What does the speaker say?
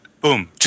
boom